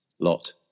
lot